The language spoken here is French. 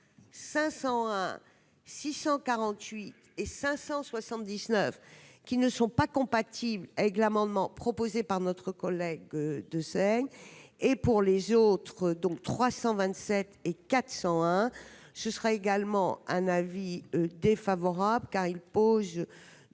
600 48 et 579 qui ne sont pas compatibles amendement proposé par notre collègue de et pour les autres, donc 327 et 401 ce sera également un avis défavorable car il pose